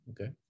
Okay